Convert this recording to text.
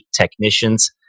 technicians